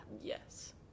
Yes